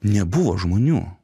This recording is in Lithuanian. nebuvo žmonių